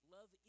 Love